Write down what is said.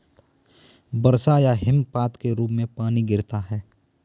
वर्षा या हिमपात के रूप में पानी गिरता है